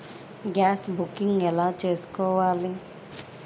Gas booking ఎలా చేసుకోవాలి?